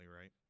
right